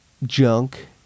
Junk